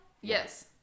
Yes